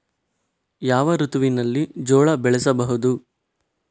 ಯಾವ ಋತುವಿನಲ್ಲಿ ಜೋಳ ಬೆಳೆಸಬಹುದು?